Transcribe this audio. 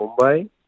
Mumbai